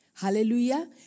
Hallelujah